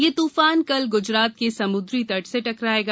ये तूफान कल गुजरात के समुद्रि तट से टकराएगा